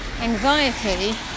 Anxiety